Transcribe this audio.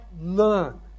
learn